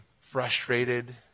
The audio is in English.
frustrated